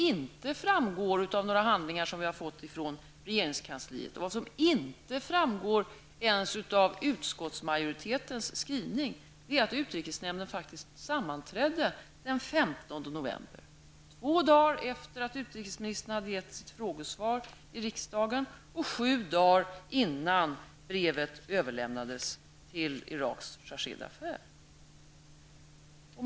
Det framgår varken av de handlingar som vi har fått från regeringskansliet eller ens av utskottsmajoritetens skrivning att utrikesnämnden faktiskt sammanträdde den 15 november, två dagar efter det att utrikesministern hade givit sitt frågesvar i riksdagen och sju dagar innan brevet överlämnades till Iraks chargé-d'affaires.